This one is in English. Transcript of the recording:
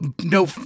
no